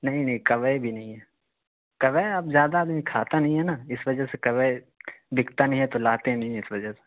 نہیں نہیں کوے بھی نہیں ہے کوے اب زیادہ آدمی کھاتا نہیں ہے نا اس وجہ سے کوے دکھتا نہیں ہے تو لاتے نہیں ہیں اس وجہ سے